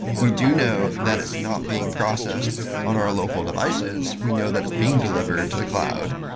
we do know that it's not being processed on our local devices. we know that it's being delivered to the cloud.